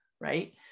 Right